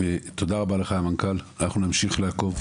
תודה רבה לך, המנכ"ל, אנחנו נמשיך לעקוב.